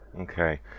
Okay